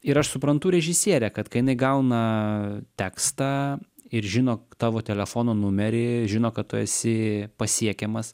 ir aš suprantu režisierę kad kai jinai gauna tekstą ir žino tavo telefono numerį žino kad tu esi pasiekiamas